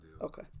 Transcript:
Okay